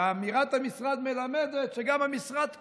ואמירת המשרד מלמדת שגם המשרד קשוב.